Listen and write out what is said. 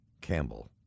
Campbell